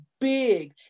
big